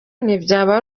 ntibyaba